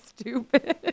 stupid